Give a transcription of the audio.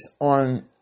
on